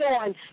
on